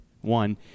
one